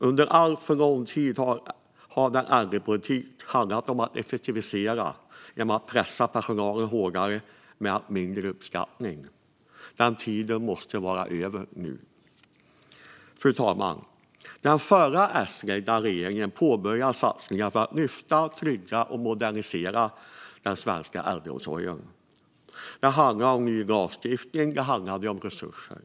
Under alltför lång tid har äldreomsorgspolitik handlat om att effektivisera genom att pressa personal hårdare med allt mindre uppskattning. Den tiden måste vara över nu. Fru talman! Den förra, S-ledda regeringen påbörjade satsningar för att lyfta, trygga och modernisera den svenska äldreomsorgen. Det handlade om ny lagstiftning och om resurser.